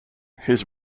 his